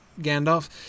Gandalf